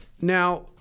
Now